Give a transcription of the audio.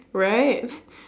right